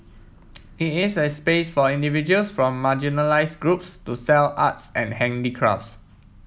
it is a space for individuals from marginalised groups to sell arts and handicrafts